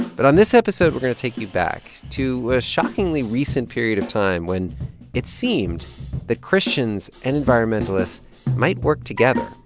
but on this episode, we're going to take you back to a shockingly recent period of time when it seemed that christians and environmentalists might work together.